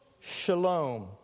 shalom